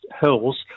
hills